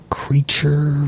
creature